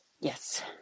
Yes